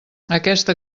aquesta